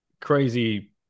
crazy